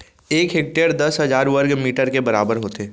एक हेक्टर दस हजार वर्ग मीटर के बराबर होथे